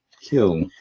kill